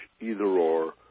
either-or